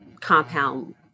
compound